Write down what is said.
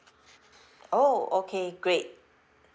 oh okay great